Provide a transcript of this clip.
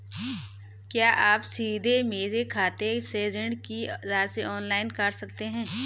क्या आप सीधे मेरे खाते से ऋण की राशि ऑनलाइन काट सकते हैं?